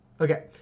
Okay